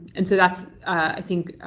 and so that's i think